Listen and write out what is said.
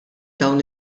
dawn